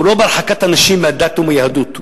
הוא לא בהרחקת אנשים מהדת ומיהדות.